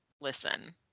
listen